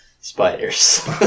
spiders